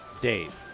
Dave